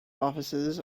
offices